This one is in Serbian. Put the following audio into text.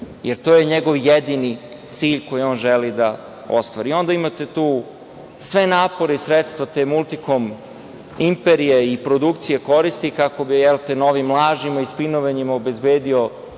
To je njegov jedini cilj koji on želi da ostvari. Onda, imate tu sve napore i sredstva te "Multikom" imperije i produkcije koristi, kako bi novim lažima i spinovanjima obezbedio